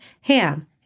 Ham